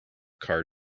car